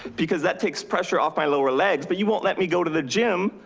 because that takes pressure off my lower legs. but you won't let me go to the gym.